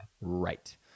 Right